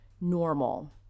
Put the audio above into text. normal